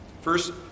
First